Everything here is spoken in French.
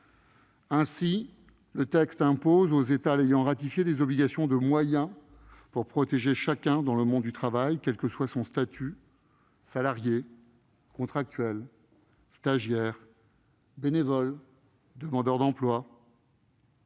Ainsi, le texte impose aux États l'ayant ratifié des obligations de moyens pour protéger chacun dans le monde du travail, et ce quel que soit son statut : salarié, contractuel, stagiaire, bénévole, demandeur d'emploi,